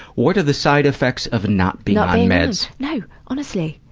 what are the side effects of not being on meds? no! honestly.